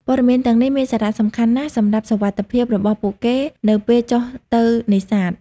ព័ត៌មានទាំងនេះមានសារៈសំខាន់ណាស់សម្រាប់សុវត្ថិភាពរបស់ពួកគេនៅពេលចុះទៅនេសាទ។